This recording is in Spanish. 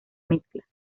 mezcla